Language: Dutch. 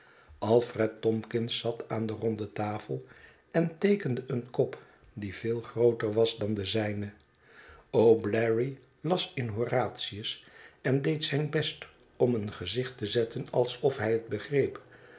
alfred tomkins zat aan de ronde tafel en teekende een kop die veel grooter was dan de zijne o'bleary las in horatius en deed zijn best om een gezicht te zetten alsof hij het begreep